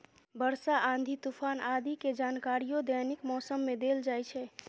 वर्षा, आंधी, तूफान आदि के जानकारियो दैनिक मौसम मे देल जाइ छै